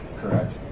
correct